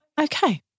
Okay